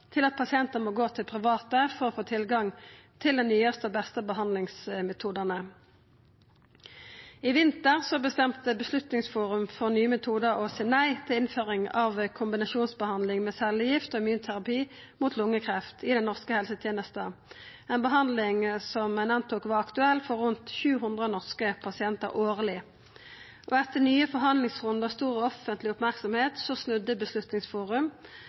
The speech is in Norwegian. til at pasientar må gå til private for å få tilgang til dei nyaste og beste behandlingsmetodane. I vinter bestemte Beslutningsforum for nye metodar å seia nei til innføring av kombinasjonsbehandling med cellegift og immunterapi mot lungekreft i den norske helsetenesta, ei behandling som ein gjekk ut frå var aktuell for rundt 700 norske pasientar årleg. Etter nye forhandlingsrundar med stor offentleg merksemd snudde Beslutningsforum.